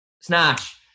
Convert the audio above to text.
Snatch